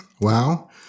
Wow